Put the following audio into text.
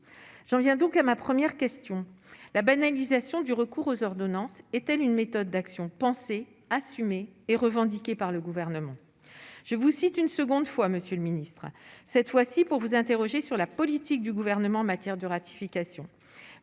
j'en viens donc à ma 1ère question : la banalisation du recours aux ordonnances est-elle une méthode d'action assumée et revendiquée par le gouvernement, je vous cite une seconde fois, monsieur le ministre, cette fois-ci pour vous interroger sur la politique du gouvernement en matière de ratification,